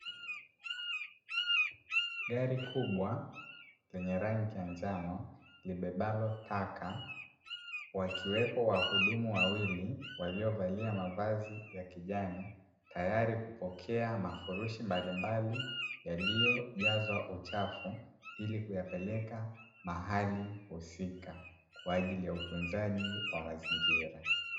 Gari kubwa lenye rangi ya njano libebalo taka wakiwepo wahudumu wawili waliovalia mavazi ya kijani, tayari kupokea mafurushi mbalimbali yaliyojazwa uchafu ilikuyapeleka mahali husika kwa ajili ya utuzaji wa mazingira.